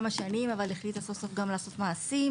יש השלכות באמת הרסניות לגבי הסביבה שאף אחד לא מעלה אותן מספיק.